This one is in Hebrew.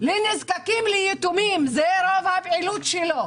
ליתומים נזקקים, זו המהות שלו.